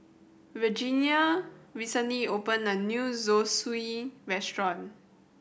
Regenia recently opened a new Zosui Restaurant